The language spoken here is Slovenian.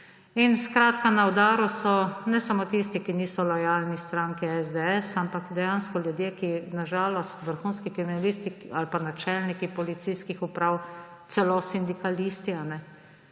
In skratka, na udaru so ne samo tisti, ki niso lojalni stranki SDS, ampak na žalost dejansko ljudje, vrhunski kriminalisti ali pa načelniki policijskih uprav, celo sindikalisti,